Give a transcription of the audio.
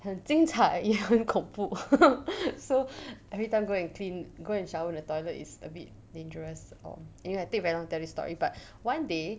很精彩也很恐怖 so everytime go and clean go and shower in the toilet is a bit dangerous oh anyway I take very long time this story but one day